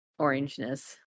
Orangeness